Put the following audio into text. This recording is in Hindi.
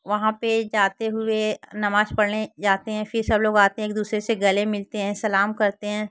वहाँ पर जाते हुए नमाज़ पढ़ने जाते हैं फिर सब लोग आते हैं एक दूसरे से गले मिलते हैं सलाम करते हैं